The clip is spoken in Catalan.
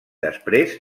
després